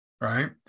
right